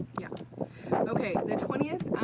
yeah okay, the twentieth,